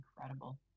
incredible